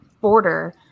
border